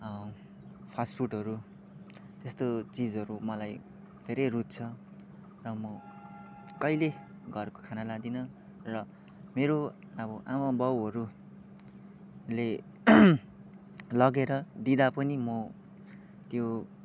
फास्टफुडहरू त्यस्तो चिजहरू मलाई धेरै रुच्छ र म कहिले घरको खाना लाँदिनँ र मेरो अब आमा बाउहरूले लगेर दिँदा पनि म त्यो